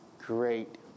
great